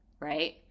right